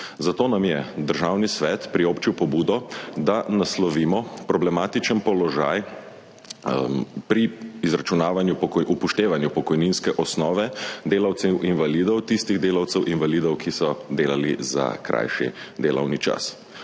zato nam je Državni svet priobčil pobudo, da naslovimo problematičen položaj pri upoštevanju pokojninske osnove tistih delavcev invalidov, ki so delali za krajši delovni čas.